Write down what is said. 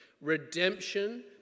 Redemption